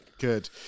good